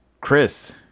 Chris